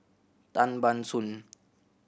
Tan Ban Soon